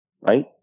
Right